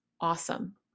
awesome